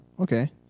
Okay